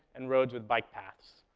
and roads with bike paths.